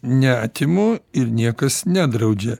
neatimu ir niekas nedraudžia